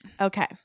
Okay